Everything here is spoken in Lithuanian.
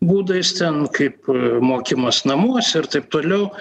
būdais ten kaip mokymas namuose ir taip toliau